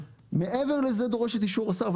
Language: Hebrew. מעבר לזה תדרוש את אישור השר.